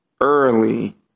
early